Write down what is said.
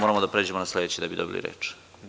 Moramo da pređemo na sledeći da bi dobili reč.